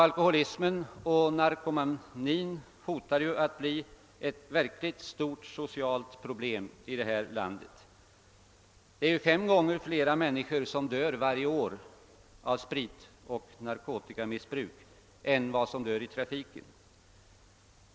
Alkoholismen och narkomanin hotar att bli verkligt stora sociala problem i detta land. Fem gånger fler människor dör varje år av spritoch narkotikamissbruk än i trafiken.